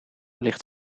ligt